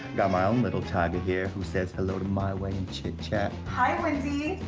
got my own little tiger here, who says hello to my way in chit chat. hi wendy,